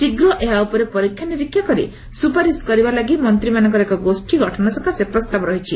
ଶୀଘ୍ର ଏହା ଉପରେ ପରୀକ୍ଷା ନିରୀକ୍ଷା କରି ସୁପାରିସ୍ କରିବା ଲାଗି ମନ୍ତୀମାନଙ୍କର ଏକ ଗୋଷୀ ଗଠନ ସକାଶେ ପ୍ରସ୍ତାବ ରହିଛି